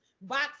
box